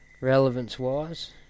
Relevance-wise